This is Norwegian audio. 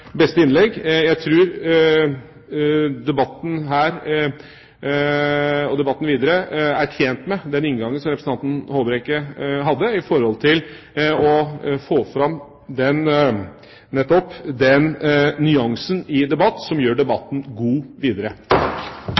beste innlegg. Jeg tror debatten her og debatten videre er tjent med den inngangen som representanten Håbrekke hadde, for å få fram nettopp den nyansen som gjør debatten god videre.